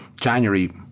January